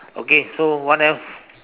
okay so what else